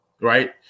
right